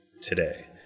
today